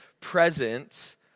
presence